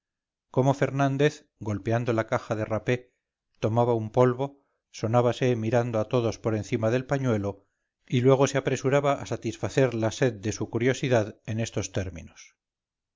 cómo fernández golpeando la caja de rapé tomaba un polvo sonábase mirando a todos por encima del pañuelo y luego se apresuraba a satisfacerla sed de su curiosidad en estos términos